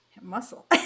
muscle